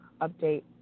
update